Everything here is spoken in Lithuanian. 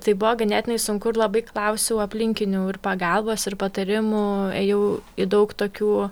tai buvo ganėtinai sunku ir labai klausiau aplinkinių ir pagalbos ir patarimų ėjau į daug tokių